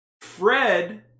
Fred